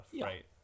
right